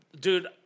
dude